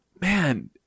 Man